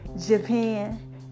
Japan